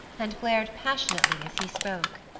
and glared passionately as he spoke.